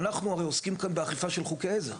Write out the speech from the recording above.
ואנחנו הרי עוסקים כאן באכיפה של חוקי עזר.